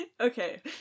Okay